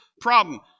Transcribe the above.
problem